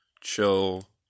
chill